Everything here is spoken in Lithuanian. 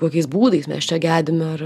kokiais būdais mes čia gedime ar